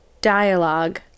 dialogue